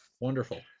Wonderful